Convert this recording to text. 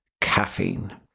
Caffeine